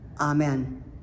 Amen